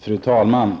Fru talman!